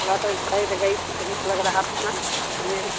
थोड़ा सा बैठ गई थी धूप लग रहा था ना इसलिए